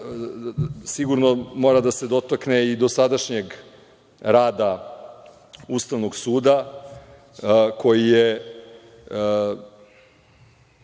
sigurno mora da se dotakne i dosadašnjeg rada Ustavnog suda. Brojne